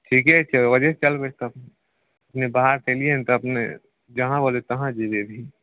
ठीके छै ओहिजेसँ चलबै तब अपने बहार से ऐलियै हन तऽ अपने जहाॅं बोलबै तहाॅं जैबै अभी